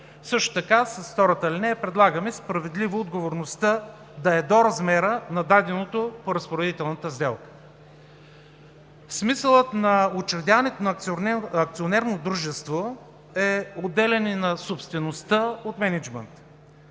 Също така с втората алинея предлагаме справедливо отговорността да е до размера на даденото по разпоредителната сделка. Смисълът на учредяването на акционерно дружество е отделяне на собствеността от мениджмънта.